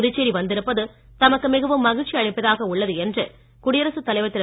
புதுச்சேரி வந்திருப்பது தமக்கு மிகவும் மகிழ்ச்சி அளிப்பதாக உள்ளது என்று குடியரசு தலைவர் திரு